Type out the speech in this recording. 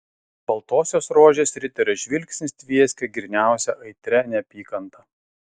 baltosios rožės riterio žvilgsnis tvieskė gryniausia aitria neapykanta